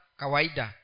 kawaida